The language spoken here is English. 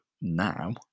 now